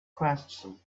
question